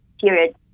period